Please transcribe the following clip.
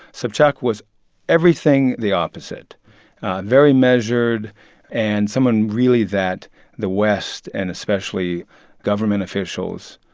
sobchak was everything the opposite very measured and someone, really, that the west and especially government officials,